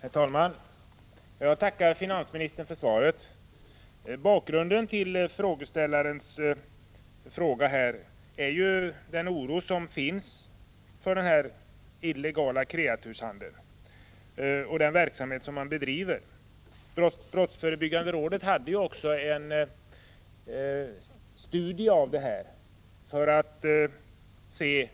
Herr talman! Jag tackar finansministern för svaret. Bakgrunden till Agne Hanssons fråga är ju den oro som råder när det gäller den illegala kreaturshandeln och den verksamhet som därvidlag bedrivs. Brottsförebyggande rådet gjorde en studie för att undersöka